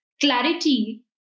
clarity